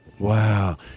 Wow